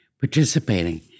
participating